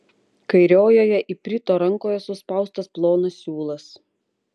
kairiojoje iprito rankoje suspaustas plonas siūlas